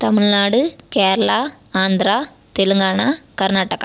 Tamil Nadu Kerala Andhra Telangana Karnataka